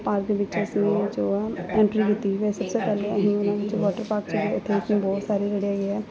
park ਵਿੱਚ ਅਸੀਂ entry ਦਿੱਤੀ ਫਿਰ ਅਸੀਂ ਸਬਸੇ ਪਹਿਲੇ ਅਹੀਂ ਉਹਨਾਂ ਵਿੱਚ ਵੋਟਰ ਪਾਰਕ ਜਿਹੜੇ ਹੈਗੇ ਆ